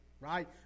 right